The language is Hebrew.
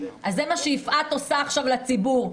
אז זה מה שיפעת עושה עכשיו לציבור.